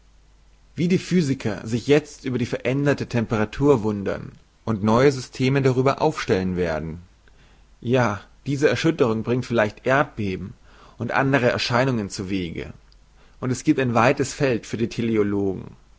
wie die physiker sich jezt über die veränderte temperatur wundern und neue systeme darüber aufstellen werden ja diese erschütterung bringt vielleicht erdbeben und andere erscheinungen zuwege und es giebt ein weites feld für die